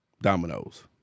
Dominoes